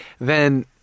then-